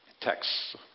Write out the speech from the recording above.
texts